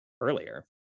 earlier